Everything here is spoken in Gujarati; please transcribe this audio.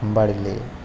સંભાળી લઈએ